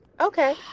Okay